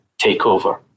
takeover